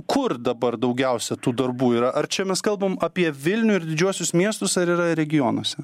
kur dabar daugiausia tų darbų yra ar čia mes kalbam apie vilnių ir didžiuosius miestus ar yra ir regionuose